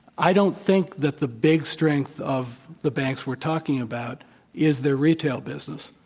i don't think that the big strength of the banks we're talking about is their retail business,